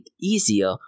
easier